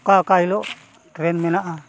ᱚᱠᱟ ᱚᱠᱟ ᱦᱤᱞᱳᱜ ᱢᱮᱱᱟᱜᱼᱟ